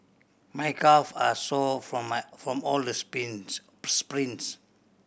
my calve are sore from my from all the sprints sprints